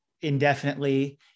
indefinitely